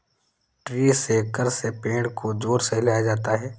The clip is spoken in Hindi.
ट्री शेकर से पेड़ को जोर से हिलाया जाता है